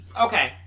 Okay